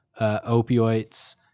opioids